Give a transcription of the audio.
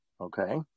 Okay